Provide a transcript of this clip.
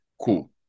cool